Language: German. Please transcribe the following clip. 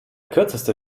kürzeste